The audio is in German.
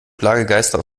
plagegeister